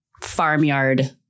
farmyard